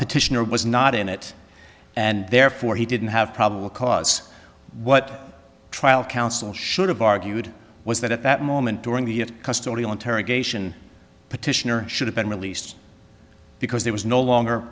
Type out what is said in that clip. petitioner was not in it and therefore he didn't have probable cause what trial counsel should have argued was that at that moment during the custody on terra geisha petitioner should have been released because there was no longer